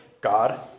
God